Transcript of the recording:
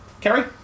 Kerry